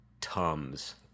Tums